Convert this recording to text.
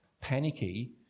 panicky